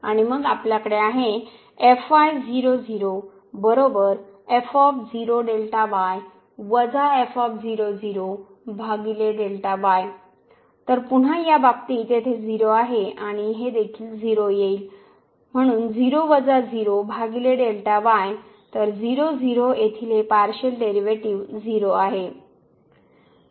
आणि मग आपल्याकडे आहे तर पुन्हा या बाबतीत येथे 0 आहे आणि हे 0 देखील आहे तर 0 0 येथील हे पार्शियल डेरीवेटीव 0 आहे